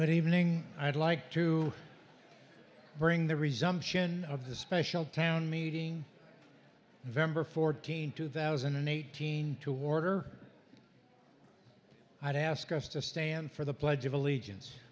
good evening i'd like to bring the resumption of the special town meeting vendor fourteen two thousand and eighteen to order i'd ask us to stand for the pledge of allegiance